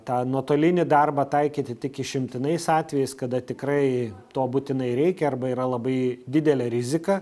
tą nuotolinį darbą taikyti tik išimtinais atvejais kada tikrai to būtinai reikia arba yra labai didelė rizika